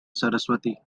saraswati